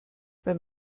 beim